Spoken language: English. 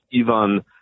Ivan